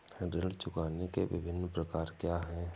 ऋण चुकाने के विभिन्न प्रकार क्या हैं?